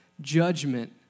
Judgment